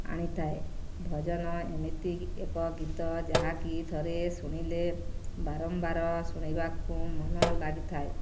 ଆଣିଥାଏ ଭଜନ ଏମିତି ଏକ ଗୀତ ଯାହାକି ଥରେ ଶୁଣିଲେ ବାରମ୍ବାର ଶୁଣିବାକୁ ମନ ଲାଗିଥାଏ